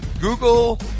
google